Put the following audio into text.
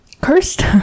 cursed